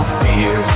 fear